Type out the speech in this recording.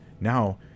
Now